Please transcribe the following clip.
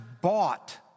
bought